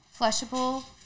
flushable